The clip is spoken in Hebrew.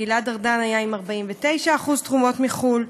גלעד ארדן היה עם 49% תרומות מחו"ל,